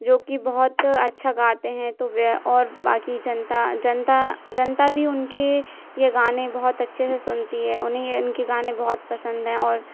जो कि बहुत अच्छा गाते हैं तो और बाकि जनता जनता जनता भी उनके ये गाने बहुत अच्छे से सुनती है उन्हें इनकी गाने बहुत पसंद हैं और